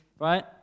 right